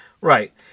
Right